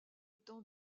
temps